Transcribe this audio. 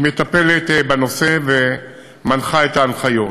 היא מטפלת בנושא ומנחה את ההנחיות.